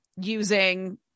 using